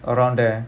around there